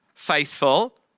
faithful